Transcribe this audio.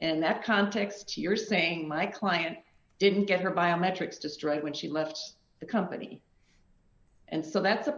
and that context you're saying my client didn't get her biometrics destroyed when she left the company and so that's a